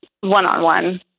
One-on-one